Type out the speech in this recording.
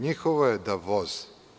Njihovo je da voze.